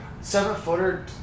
Seven-footer